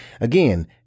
Again